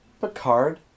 Picard